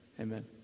Amen